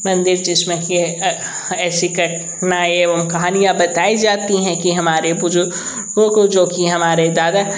मंदिर जिसमें कि ऐसी कठिनाई एवं कहानियाँ बताई जाती हैं कि हमारे बुजुर्गों को जोकि हमारे दादा